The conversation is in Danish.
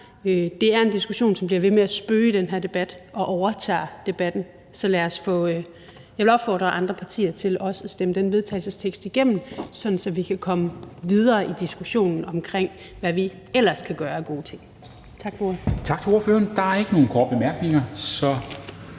Det er en diskussion, som bliver ved med at spøge i den her debat og overtager debatten, så jeg vil opfordre andre partier til også at stemme den vedtagelsestekst igennem, sådan at vi kan komme videre i diskussionen om, hvad vi ellers kan gøre af gode ting. Tak for ordet. Kl. 13:14 Formanden (Henrik Dam